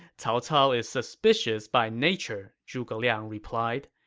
cao cao is suspicious by nature, zhuge liang replied.